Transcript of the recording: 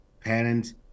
parents